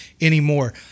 anymore